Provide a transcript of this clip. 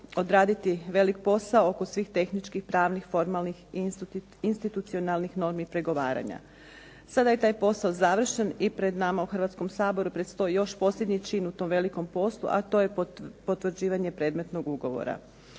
odraditi velik posao oko svih tehničkih, pravnih, formalnih i institucionalnih normi pregovaranja. Sada je taj posao završen i pred nama u Hrvatskom saboru predstoji još posljednji čin u tom postupku to je potvrđivanje predmetnog ugovora.